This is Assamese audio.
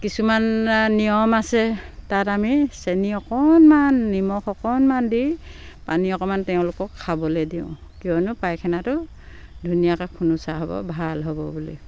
কিছুমান নিয়ম আছে তাত আমি চেনি অকণমান নিমখ অকণমান দি পানী অকণমান তেওঁলোকক খাবলে দিওঁ কিয়নো পায়খানাটো ধুনীয়াকে খোলোচা হ'ব ভাল হ'ব বুলি